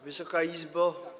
Wysoka Izbo!